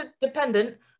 dependent